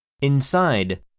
Inside